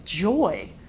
joy